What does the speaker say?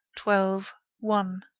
twelve, one.